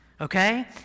okay